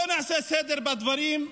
בואו נעשה סדר בדברים: